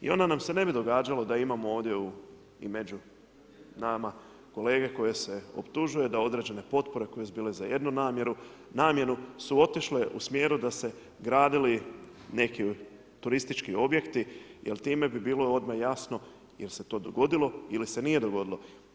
I onda nam se ne bi događalo da imamo ovdje i među nama kolege koji se optužuju da određene potpore koje su bile za jednu namjenu su otišle u smjeru da su gradili neki turistički objekti, jer time bi bilo odmah jasno jer se to dogodilo ili se nije dogodilo.